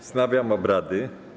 Wznawiam obrady.